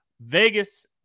Vegas